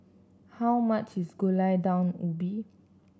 how much is Gulai Daun Ubi